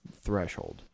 threshold